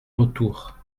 retour